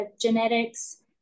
genetics